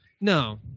No